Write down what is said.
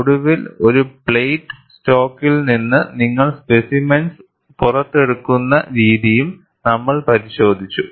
ഒടുവിൽ ഒരു പ്ലേറ്റ് സ്റ്റോക്കിൽ നിന്ന് നിങ്ങൾ സ്പെസിമെൻസ് പുറത്തെടുക്കുന്ന രീതിയും നമ്മൾ പരിശോധിച്ചു